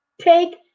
take